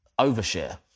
overshare